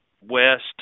west